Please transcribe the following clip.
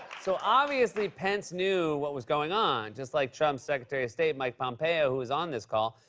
so, obviously, pence knew what was going on, just like trump's secretary of state, mike pompeo, who was on this call,